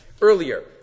earlier